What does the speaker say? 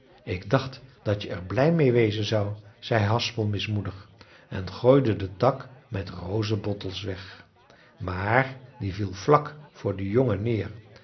ik dacht dat je er blij meê wezen zou zei haspel mismoedig en gooide den tak met rozebottels weg maar die viel vlak voor den jongen neer